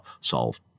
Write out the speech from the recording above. solve